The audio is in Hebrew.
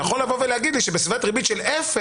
אתה יכול לבוא ולהגיד לי שבסביבת ריבית של אפס,